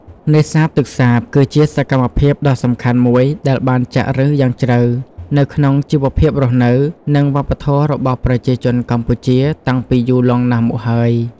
នេសាទទឹកសាបគឺជាសកម្មភាពដ៏សំខាន់មួយដែលបានចាក់ឫសយ៉ាងជ្រៅនៅក្នុងជីវភាពរស់នៅ និងវប្បធម៌របស់ប្រជាជនកម្ពុជាតាំងពីយូរលង់ណាស់មកហើយ។